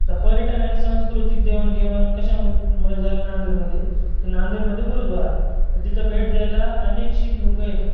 आता पर्यटन आणि सांस्कृतिक देवाणघेवाण कशामुळे झाली नांदेडमध्ये तर नांदेडमध्ये गुरुद्वारा आहे तर तिथं भेट द्यायला अनेक शिख लोक येतात